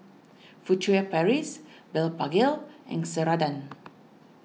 Furtere Paris Blephagel and Ceradan